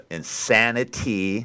insanity